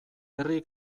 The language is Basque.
herri